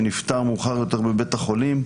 שנפטר מאוחר יותר בבית החולים,